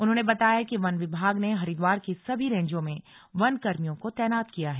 उन्होंने बताया कि वन विभाग ने हरिद्वार की सभी रेंजों मे वन कर्मियों को तैनात किया है